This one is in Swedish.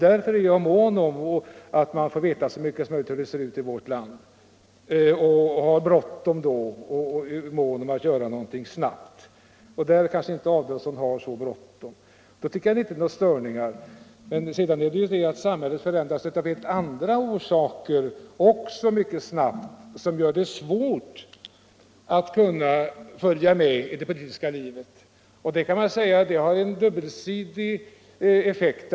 Därför är jag mån om att vi skall få veta så mycket som möjligt om hur det ser ut i vårt land. Jag har bråttom och är mån om att göra någonting snabbt, men här har herr Adolfsson kanske inte så bråttom. Men sedan förändras samhället mycket snabbt också av helt andra orsaker som gör det svårt att följa med i det politiska livet. Det kan sägas ha en dubbelsidig effekt.